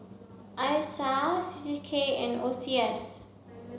Isa C C K and O C S